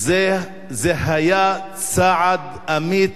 זה היה צעד אמיץ,